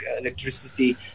electricity